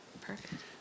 Perfect